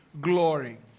glory